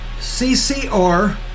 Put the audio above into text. CCR